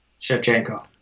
Shevchenko